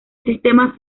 sistema